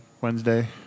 Wednesday